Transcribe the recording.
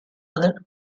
other